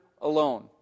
alone